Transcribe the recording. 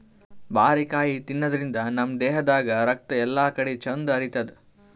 ಬಾರಿಕಾಯಿ ತಿನಾದ್ರಿನ್ದ ನಮ್ ದೇಹದಾಗ್ ರಕ್ತ ಎಲ್ಲಾಕಡಿ ಚಂದ್ ಹರಿತದ್